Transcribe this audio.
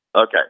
Okay